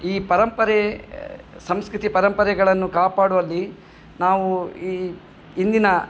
ಈ ಪರಂಪರೆ ಸಂಸ್ಕೃತಿ ಪರಂಪರೆಗಳನ್ನು ಕಾಪಾಡುವಲ್ಲಿ ನಾವು ಈ ಇಂದಿನ